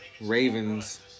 Ravens